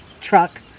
truck